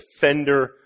defender